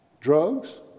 drugs